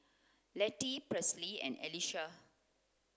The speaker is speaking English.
Lettie Presley and Alysha